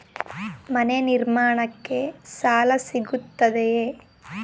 ಮನೆ ನಿರ್ಮಾಣಕ್ಕೆ ಸಾಲ ಸಿಗುತ್ತದೆಯೇ?